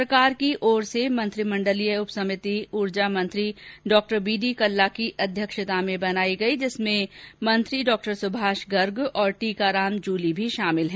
सरकार की ओर से मंत्रिमंडलीय उपसमिति ऊर्जा मंत्री डॉ बीडी कल्ला की अध्यक्षता में बनाई गई जिसमें मंत्री डॉ सुभाष गर्ग और टीकाराम जुली भी शामिल हैं